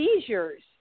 seizures